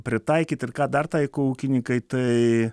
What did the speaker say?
pritaikyt ir ką dar taiko ūkininkai tai